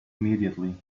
immediately